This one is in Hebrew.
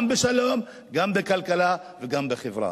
גם בשלום, גם בכלכלה וגם בחברה.